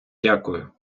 дякую